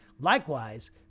Likewise